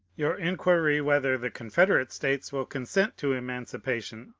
your inquiry whether the confederate states will consent to emancipation,